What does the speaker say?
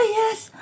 yes